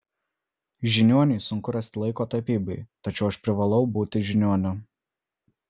žiniuoniui sunku rasti laiko tapybai tačiau aš privalau būti žiniuoniu